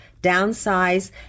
downsize